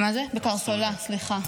בקרסולה.